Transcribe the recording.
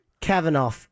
Kavanaugh